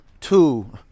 two